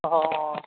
অঁ অঁ